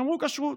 שמרו כשרות.